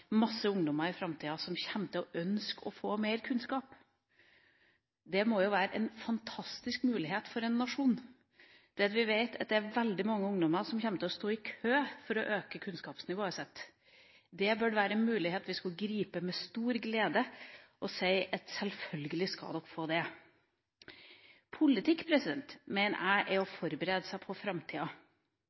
masse ungdommer som i framtida kommer til å ønske å få mer kunnskap. Det må være en fantastisk mulighet for en nasjon å vite at det er veldig mange ungdommer som kommer til å stå i kø for å øke sitt kunnskapsnivå. Det bør være en mulighet som vi skulle gripe med stor glede, og si at sjølsagt skal dere få det. Politikk mener jeg er å forberede seg på framtida.